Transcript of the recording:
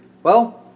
well,